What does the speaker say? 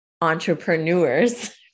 entrepreneurs